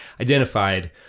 identified